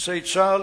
בסיסי צה"ל,